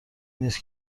نیست